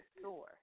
store